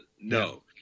no